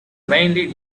mainly